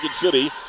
City